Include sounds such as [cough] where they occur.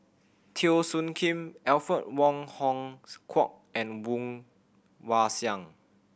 Teo Soon Kim Alfred Wong Hong [unintelligible] Kwok and Woon Wah Siang